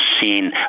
seen